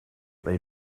they